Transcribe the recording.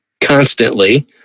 constantly